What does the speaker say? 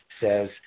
says